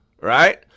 Right